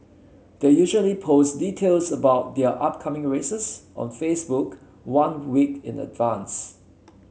they usually post details about their upcoming races on Facebook one week in advance